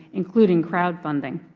including crowdfunding.